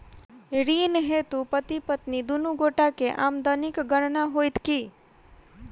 ऋण हेतु पति पत्नी दुनू गोटा केँ आमदनीक गणना होइत की?